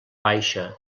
baixa